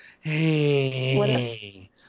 Hey